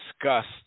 discussed